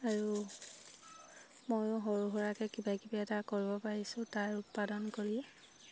আৰু ময়ো সৰু সুৰাকৈ কিবাকিবি এটা কৰিব পাৰিছোঁ তাৰ উৎপাদন কৰি